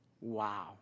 Wow